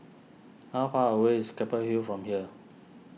how far away is Keppel Hill from here